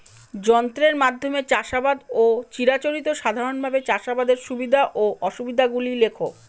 যন্ত্রের মাধ্যমে চাষাবাদ ও চিরাচরিত সাধারণভাবে চাষাবাদের সুবিধা ও অসুবিধা গুলি লেখ?